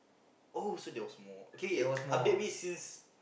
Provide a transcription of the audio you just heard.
oh so there was more okay okay update me since